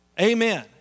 Amen